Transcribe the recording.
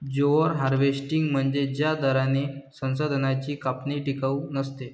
over harvesting म्हणजे ज्या दराने संसाधनांची कापणी टिकाऊ नसते